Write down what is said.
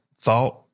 thought